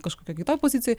kažkokioj kitoj pozicijoj